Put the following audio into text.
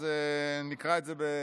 אז נקרא את זה בשטייגרים: